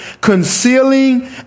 concealing